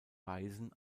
weisen